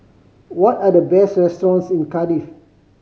what are the best restaurants in Cardiff